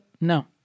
No